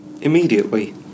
immediately